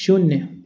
शून्य